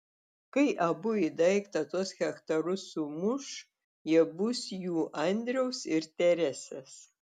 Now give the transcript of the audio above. kai abu į daiktą tuos hektarus sumuš jie bus jų andriaus ir teresės